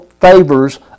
favors